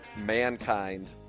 Mankind